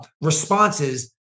responses